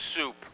soup